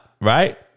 right